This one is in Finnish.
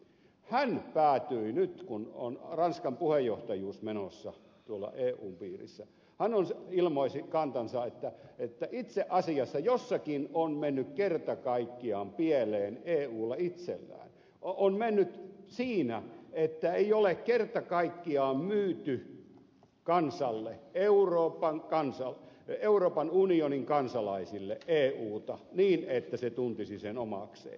hän päätyi nyt kun on ranskan puheenjohtajuus menossa eun piirissä ilmaisemaan kantansa että itse asiassa jossakin on mennyt pieleen eulla itsellään siinä että ei ole kerta kaikkiaan myyty kansalle euroopan unionin kansalaisille euta niin että se tuntisi sen omakseen